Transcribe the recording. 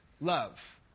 love